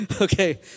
Okay